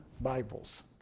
Bibles